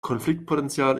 konfliktpotenzial